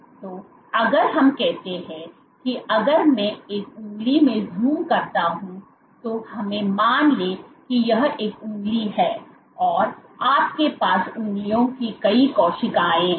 तो अगर हम कहते हैं कि अगर मैं एक उंगली में ज़ूम करता हूं तो हमें मान लें कि यह एक उंगली है और आपके पास उंगलियों की कई कोशिकाएं हैं